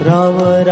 Rama